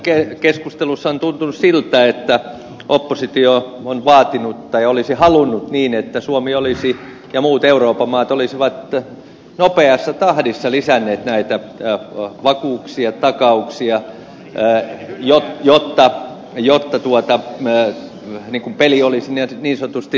tässä keskustelussa on tuntunut siltä että oppositio on vaatinut tai olisi halunnut niin että suomi ja muut euroopan maat olisivat nopeassa tahdissa lisänneet näitä vakuuksia takauksia jotta peli olisi niin sanotusti selvä